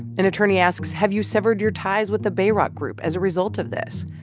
an attorney asks, have you severed your ties with the bayrock group as a result of this?